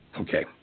Okay